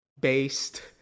based